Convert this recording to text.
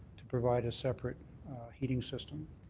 to provide a separate heating system.